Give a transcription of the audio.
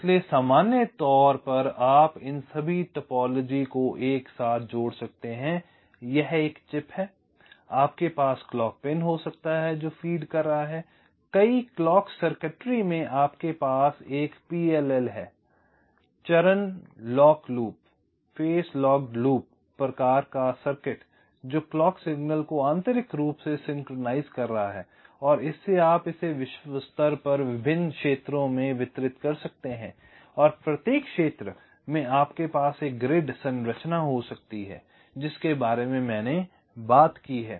इसलिए सामान्य तौर पर आप इन सभी टोपोलॉजी को एक साथ जोड़ सकते हैं यह एक चिप है आपके पास क्लॉक पिन हो सकता है जो फीड कर रहा है कई क्लॉक सर्किटरी में आपके पास एक PLL है चरण लॉक लूप प्रकार का सर्किट जो क्लॉक सिग्नल को आंतरिक रूप से सिंक्रनाइज़ कर रहा है और इससे आप इसे विश्व स्तर पर विभिन्न क्षेत्रों वितरित कर सकते हैं और प्रत्येक क्षेत्र में आपके पास एक ग्रिड संरचना हो सकती है जिसके बारे में मैंने बात की है